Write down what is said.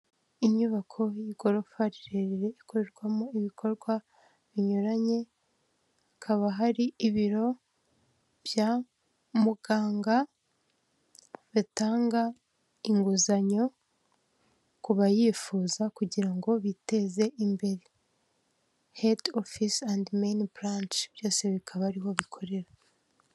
Inyubako y'igorofa rirerire ikorerwamo ibikorwa binyuranye hakaba hari ibiro bya muganga batanga inguzanyo ku bayifuza kugira ngo biteze imbere hedi ofiise endi meyini buranshe byose bikaba ariho bikorera.